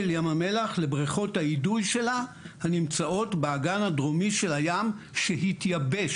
לבריכות האידוי שלה הנמצאות באגן הדרומי של הים שהתייבש.